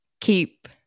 keep